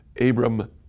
Abram